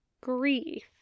Grief